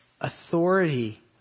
authority